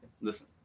Listen